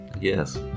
Yes